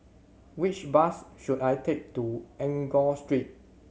which bus should I take to Enggor Street